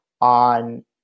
on